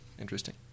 Interesting